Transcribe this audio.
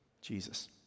Jesus